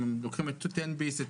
אם לוקחים את תן ביס,